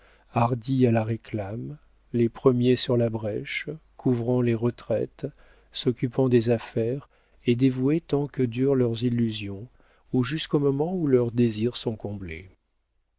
hardis à la réclame les premiers sur la brèche couvrant les retraites s'occupant des affaires et dévoués tant que durent leurs illusions ou jusqu'au moment où leurs désirs sont comblés